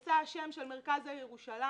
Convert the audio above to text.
כבר יצא למרכז העיר ירושלים